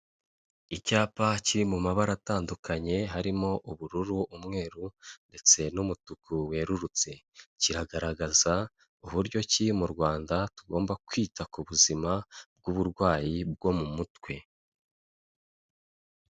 Icyapa kiri mu mabara atandukanye harimo ubururu, umweru ndetse n'umutuku werurutse, kiragaragaza uburyo ki mu Rwanda tugomba kwita ku buzima bw'uburwayi bwo mu mutwe.